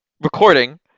recording